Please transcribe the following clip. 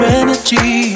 energy